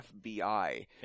FBI